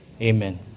Amen